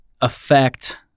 affect